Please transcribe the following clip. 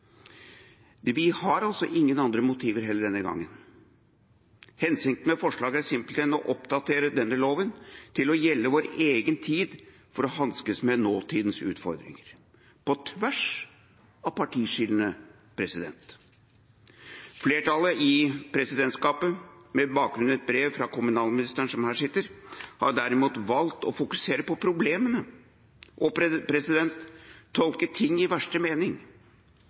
måte. Vi har altså denne gangen heller ingen andre motiver. Hensikten med forslaget er simpelthen å oppdatere denne loven til å gjelde vår egen tid for å kunne hanskes med nåtidas utfordringer på tvers av partiskillene. Flertallet i presidentskapet – med bakgrunn i et brev fra kommunalministeren, som her sitter – har derimot valgt å fokusere på problemene og tolke ting i verste mening